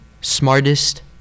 Smartest